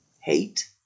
Hate